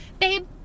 babe